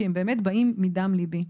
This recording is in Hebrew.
כי הם באמת באים מדם ליבי.